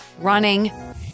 running